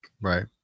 Right